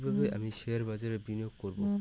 কিভাবে আমি শেয়ারবাজারে বিনিয়োগ করবে?